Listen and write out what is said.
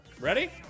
Ready